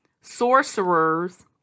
sorcerers